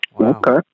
Okay